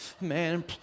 man